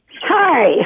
hi